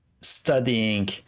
studying